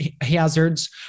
hazards